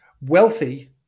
wealthy